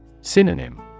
Synonym